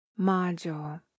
module